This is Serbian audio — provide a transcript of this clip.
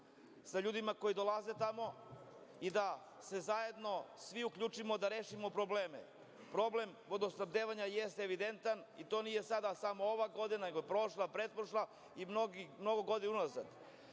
sa ljudima koji dolaze tamo i da se zajedno svi uključimo da rešimo probleme. Problem vodosnabdevanja jeste evidentan i to nije sada samo ova godina, nego prošla, pretprošla i mnogo godina unazad.